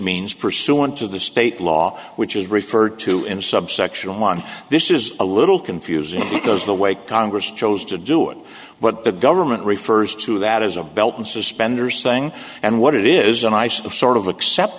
means pursuant to the state law which is referred to in subsection one this is a little confusing because the way congress chose to do it what the government refers to that is a belt and suspenders thing and what it is and i sort of